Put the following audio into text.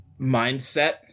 mindset